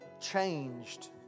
changed